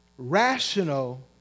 Rational